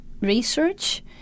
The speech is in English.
research